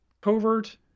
covert